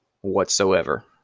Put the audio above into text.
whatsoever